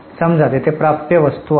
समजा तेथे प्राप्य वस्तू आहेत